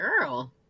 Girl